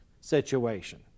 situation